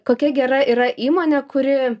kokia gera yra įmonė kuri